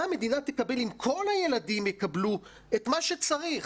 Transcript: מה המדינה תקבל אם כל הילדים יקבלו את כל מה שצריך,